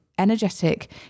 energetic